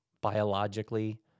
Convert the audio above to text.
biologically